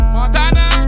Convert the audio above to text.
Montana